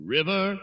River